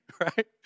Right